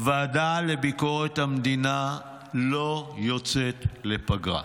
הוועדה לביקורת המדינה לא יוצאת לפגרה.